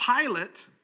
Pilate